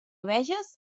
veges